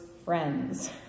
friends